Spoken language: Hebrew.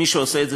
מי שעושה את זה,